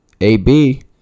AB